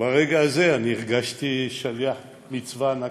ברגע זה הרגשתי שליח מצווה ענקית.